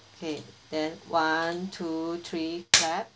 okay then one two three clap